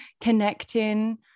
connecting